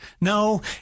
No